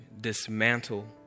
dismantle